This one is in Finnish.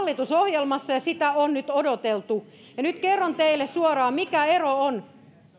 hallitusohjelmassa ja sitä on nyt odoteltu ja nyt kerron teille suoraan mikä ero on